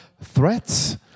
threats